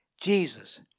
Jesus